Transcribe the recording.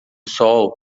sol